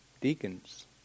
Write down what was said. deacons